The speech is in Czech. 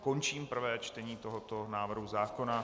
Končím prvé čtení tohoto návrhu zákona.